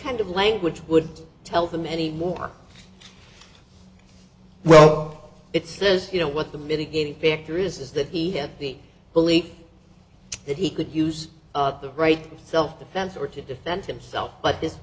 kind of language would tell them any more well it says you know what the mitigating factor is is that he had the belief that he could use of the right to self defense or to defend himself but this